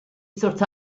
sought